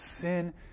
sin